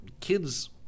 Kids